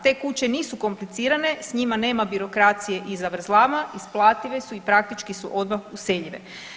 Te kuće nisu komplicirane, s njima nema birokracije i zavrzlama, isplative su i praktički su odmah useljive.